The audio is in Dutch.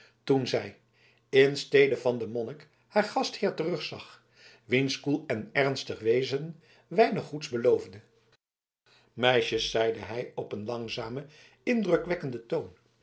toen zij in stede van den monnik haar gastheer terugzag wiens koel en ernstig wezen weinig goeds beloofde meisje zeide hij op een langzamen indrukwekkenden toon